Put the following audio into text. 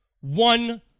One